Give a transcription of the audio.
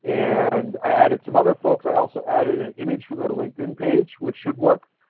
and i added some other folks. i also added an image from their linkedin page which should work,